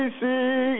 see